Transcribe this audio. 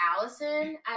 allison